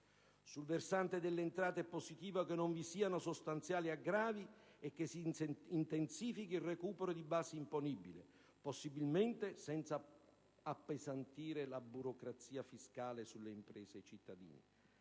Sul versante delle entrate, è positivo che non vi siano sostanziali aggravi e che si intensifichi il recupero di base imponibile, possibilmente senza appesantire la burocrazia fiscale sulle imprese e i cittadini.